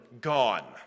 gone